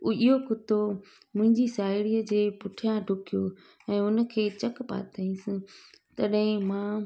इहो कुतो मुंहिंजी साहेड़ीअ जे पुठियां ॾुकियो ऐं उनखे चक पातईंसि तॾहिं मां